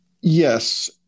Yes